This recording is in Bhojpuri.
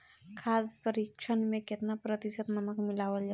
खाद्य परिक्षण में केतना प्रतिशत नमक मिलावल जाला?